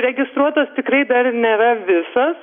registruotos tikrai dar nėra visos